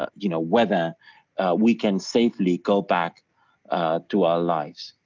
ah you know, whether we can safely go back to our lives.